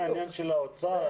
זה עניין של האוצר?